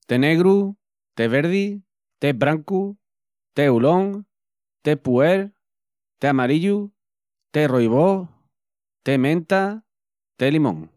te negru, te verdi, te brancu, te oolong, te pu-erh, te amarillu, te rooibos, te menta, te limón.